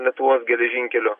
lietuvos geležinkelio